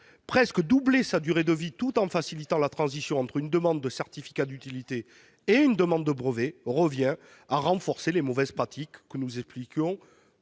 presque -sa durée de vie, tout en facilitant la transition entre une demande de certificat d'utilité et une demande de brevet, revient à renforcer les mauvaises pratiques que je viens